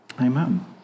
Amen